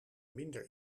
minder